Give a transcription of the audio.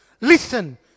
Listen